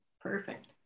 Perfect